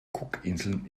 cookinseln